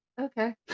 okay